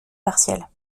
partielle